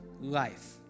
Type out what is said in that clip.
life